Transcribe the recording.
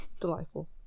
Delightful